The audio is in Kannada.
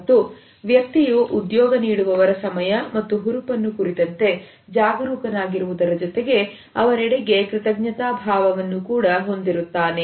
ಮತ್ತು ವ್ಯಕ್ತಿಯು ಉದ್ಯೋಗ ನೀಡುವವರ ಸಮಯ ಮತ್ತು ಹುರುಪನ್ನು ಕುರಿತಂತೆ ಜಾಗರೂಕನಾಗಿರುವುದರ ಜೊತೆಗೆ ಅವರೆಡೆಗೆ ಕೃತಜ್ಞತಾ ಭಾವವನ್ನು ಕೂಡ ಹೊಂದಿರುತ್ತಾನೆ